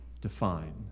define